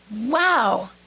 Wow